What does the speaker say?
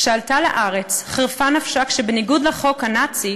כשעלתה לארץ חירפה נפשה כשבניגוד לחוק הנאצי,